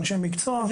אנשי מקצוע.